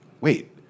wait